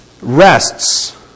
rests